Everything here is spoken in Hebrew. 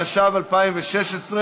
התשע"ו 2016,